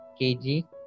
kg